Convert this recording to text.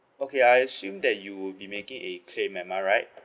okay I assume that you would be making a claim am I right